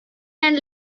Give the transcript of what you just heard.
and